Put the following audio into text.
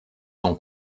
son